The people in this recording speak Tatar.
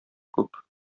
күп